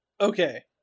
okay